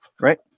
Right